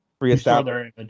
reestablish